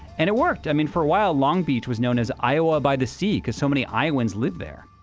and it worked. i mean for a while long beach was known as, iowa by the sea because so many iowans live there